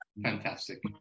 fantastic